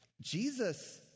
Jesus